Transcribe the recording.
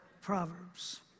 Proverbs